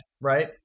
right